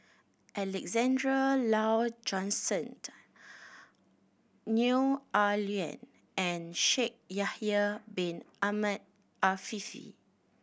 Alexander Laurie Johnston Neo Ah Luan and Shaikh Yahya Bin Ahmed Afifi